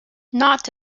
not